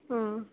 ಹಾಂ